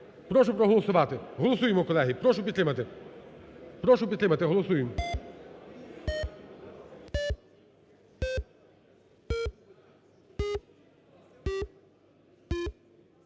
Прошу проголосувати, голосуємо, колеги, прошу підтримати, прошу підтримати, голосуємо.